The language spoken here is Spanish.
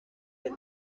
del